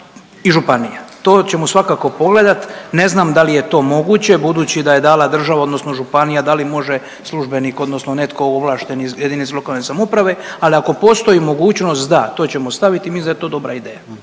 i županija. To ćemo svakako pogledat, ne znam da li je to moguće budući da je dala država odnosno županija da li može službenik odnosno netko ovlašten iz jedinice lokalne samouprave, ali ako postoji mogućnost da to ćemo staviti i mislim da je to dobra ideja.